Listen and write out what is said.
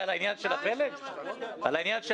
משרד האוצר.